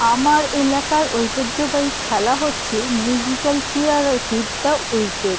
আমার এলাকার ঐতিহ্যবাহী খেলা হচ্ছে মিউজিক্যাল চেয়ার আর হিট দ্য উইকেট